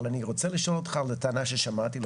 אבל אני רוצה לשאול אותך על טענה ששמעתי,